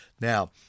Now